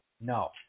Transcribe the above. No